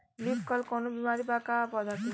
Leaf curl कौनो बीमारी बा का पौधा के?